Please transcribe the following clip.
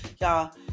y'all